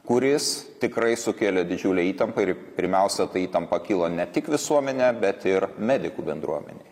kuris tikrai sukėlė didžiulę įtampą ir pirmiausia ta įtampa kilo ne tik visuomenę bet ir medikų bendruomenei